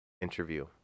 interview